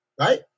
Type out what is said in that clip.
right